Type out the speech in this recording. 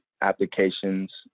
applications